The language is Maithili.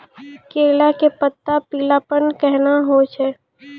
केला के पत्ता पीलापन कहना हो छै?